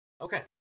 Okay